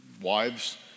wives